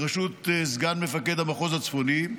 בראשות סגן מפקד המחוז הצפוני,